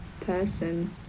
person